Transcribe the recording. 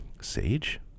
sage